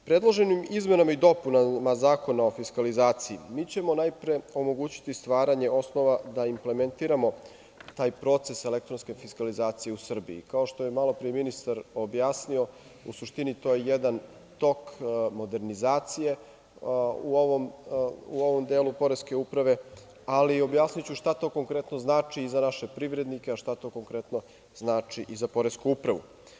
Predloženim izmenama i dopunama Zakona o fiskalizaciji mi ćemo najpre omogućiti stvaranje osnova da implementiramo taj proces elektronske fiskalizacije u Srbiji i kao što je malopre ministar objasnio, u suštini to je jedan tok modernizacije u ovom delu Poreske uprave, ali objasniću šta to konkretno znači i za naše privrednike, a šta to konkretno znači za Poresku upravu.